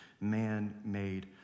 man-made